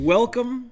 Welcome